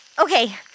Okay